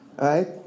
right